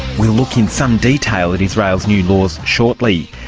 we look in some detail at israel's new laws shortly.